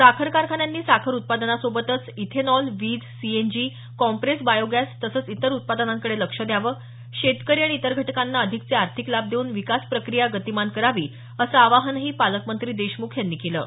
साखर कारखान्यांनी साखर उत्पादनासोबतच इथेनॉल वीज सीएनजी कॉम्प्रेस बायोगॅस तसंच इतर उत्पादनांकडे लक्ष द्यावं शेतकरी आणि इतर घटकांना अधिकचे आर्थिक लाभ देऊन विकासप्रक्रिया गतिमान करावी असं आवाहनही पालकमंत्री देशमुख केलं आहे